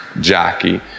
jockey